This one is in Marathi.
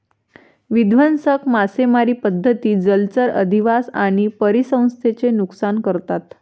विध्वंसक मासेमारी पद्धती जलचर अधिवास आणि परिसंस्थेचे नुकसान करतात